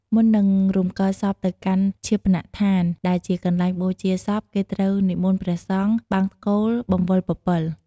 មុននឹងរំកិលសពទៅកាន់ឈាបនដ្ឋាន ដែលជាកន្លែងបូជាសព គេត្រូវនិមន្តព្រះសង្ឃ បង្សកូលបង្វិលពពិល។